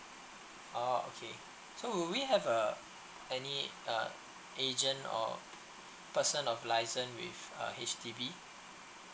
oh okay so will we have uh any uh agent or person of license with uh H_D_B